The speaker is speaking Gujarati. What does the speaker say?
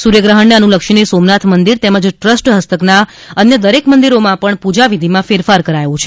સૂર્યગ્રહણને અનુલક્ષીને સોમનાથ મંદિર તેમજ ટ્રસ્ટ હસ્તકના અન્ય દરેક મંદિરોમાં પણ પૂજાવિધિમાં ફેરફાર કરાયો છે